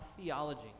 theology